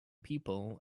people